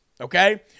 okay